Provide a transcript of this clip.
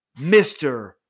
Mr